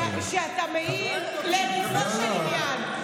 אין לי בעיה שאתה מעיר לגופו של עניין,